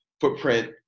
footprint